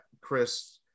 Chris